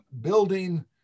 building